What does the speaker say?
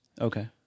Okay